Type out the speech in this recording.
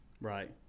Right